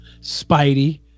Spidey